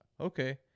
okay